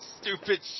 stupid